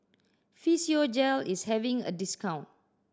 Physiogel is having a discount